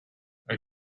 are